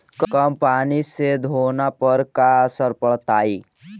कम पनी से धान पर का असर पड़तायी?